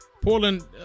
Portland